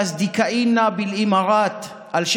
להלן תרגומם: אל חברנו באיחוד האמירויות,